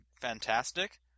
fantastic